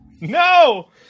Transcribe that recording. No